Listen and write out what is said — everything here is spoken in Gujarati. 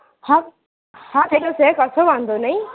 હા હા થઈ જશે કશો વાંધો નહીં